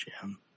Jim